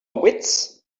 wits